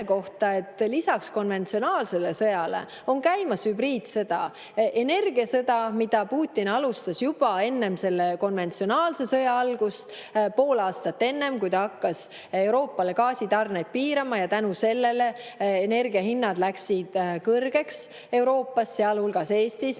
kohta, et lisaks konventsionaalsele sõjale on käimas hübriidsõda. [Esiteks] energiasõda, mida Putin alustas juba enne selle konventsionaalse sõja algust: pool aastat enne, kui ta hakkas Euroopale gaasitarneid piirama. Selle tõttu läksid energiahinnad kõrgeks Euroopas, sealhulgas Eestis.